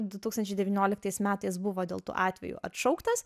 du tūkstančiai devynioliktais metais buvo dėl tų atvejų atšauktas